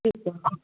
ठीकु आहे